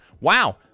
Wow